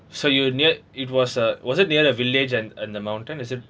so you near it was uh was it the end of the village and the mountain is it